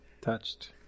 touched